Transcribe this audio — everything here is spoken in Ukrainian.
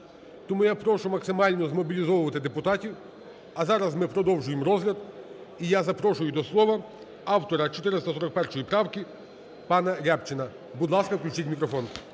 тому я прошу максимально змобілізовувати депутатів. А зараз ми продовжуємо розгляд. І я запрошую до слова автора 441 правки, пана Рябчина. Будь ласка, включіть мікрофон.